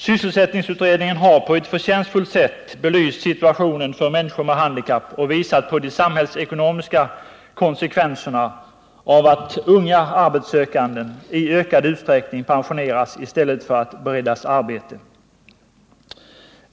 Sysselsättningsutredningen har på ett förtjänstfullt sätt belyst situationen för människor med handikapp och visat på de samhällsekonomiska konsekvenserna av att unga arbetssökande i ökad utsträckning pensioneras i stället för att beredas arbete.